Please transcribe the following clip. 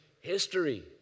history